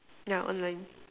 yeah online